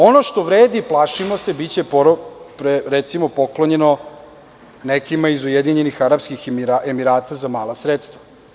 Ono što vredi, plašimo se, biće poklonjeno recimo nekima iz Ujedinjenih Arapskih Emirata za mala sredstva.